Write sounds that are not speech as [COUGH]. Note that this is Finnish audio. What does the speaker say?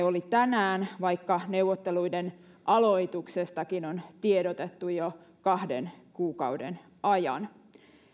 [UNINTELLIGIBLE] oli tänään vaikka neuvotteluiden aloituksestakin on tiedotettu jo kahden kuukauden ajan